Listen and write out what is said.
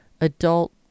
adult